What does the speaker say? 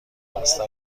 بستر